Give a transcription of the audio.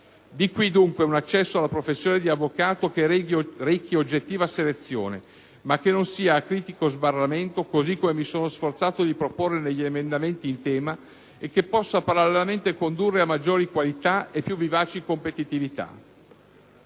Di qui, dunque, un accesso alla professione di avvocato che rechi oggettiva selezione, ma che non sia acritico sbarramento, così come mi sono sforzato di proporre negli emendamenti in tema, e che possa parallelamente condurre a maggiori qualità e più vivaci competitività.